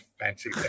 fancy